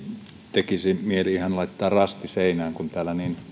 tekisi mieli ihan laittaa rasti seinään kun täällä